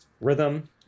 Rhythm